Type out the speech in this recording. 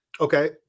Okay